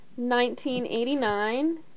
1989